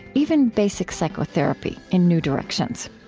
even basic psychotherapy, in new directions.